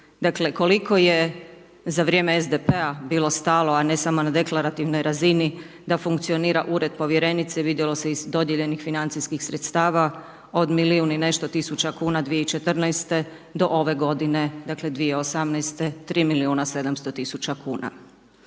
dakle, koliko je za vrijeme SDP-a bilo stalo, a ne samo na deklarativnoj razini, da funkcionira Ured povjerenice, vidjelo se iz dodijeljenih financijskih sredstava od milijun i nešto tisuća kuna, 2014., do ove godine, dakle 2018., 3 milijuna 700 000 kuna.